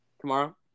Tomorrow